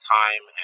time